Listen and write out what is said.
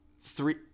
three